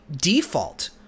default